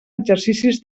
exercicis